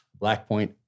Blackpoint